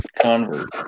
convert